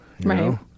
Right